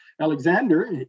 Alexander